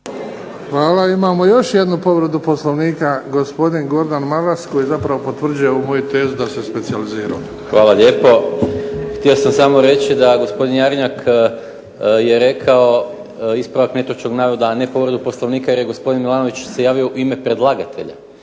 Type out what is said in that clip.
Hvala. Imamo još jednu povredu Poslovnika, gospodin Gordan Maras koji zapravo potvrđuje ovu moju tezu da se specijalizirao. **Maras, Gordan (SDP)** Hvala lijepo. Htio sam samo reći da gospodin Jarnjak je rekao, ispravak netočnog navoda, a ne povredu Poslovnika jer je gospodin Milanović se javio u ime predlagatelja.